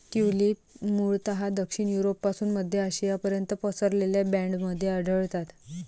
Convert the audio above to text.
tulips मूळतः दक्षिण युरोपपासून मध्य आशियापर्यंत पसरलेल्या बँडमध्ये आढळतात